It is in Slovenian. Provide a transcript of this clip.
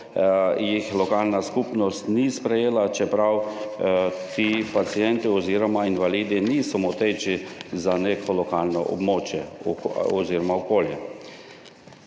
lokalna skupnost ni sprejela, čeprav ti pacienti oziroma invalidi niso moteči za neko lokalno območje oziroma okolje.